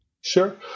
Sure